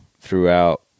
throughout